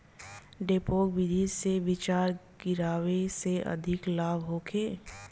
डेपोक विधि से बिचरा गिरावे से अधिक लाभ होखे?